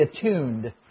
attuned